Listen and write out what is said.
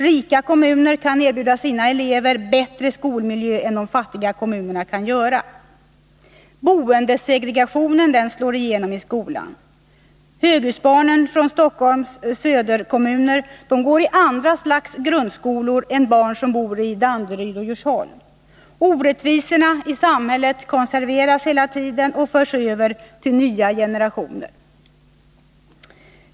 Rika kommuner kan erbjuda sina elever bättre skolmiljö än de fattiga kommunerna kan göra. Boendesegregationen slår igenom i skolan. Höghusbarnen från Stockholms söderkommuner går i andra slags grundskolor än barn som bor i Danderyd och Djursholm. Orättvisorna i samhället konserveras hela tiden och förs över till nya generationer.